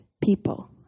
people